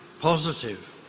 positive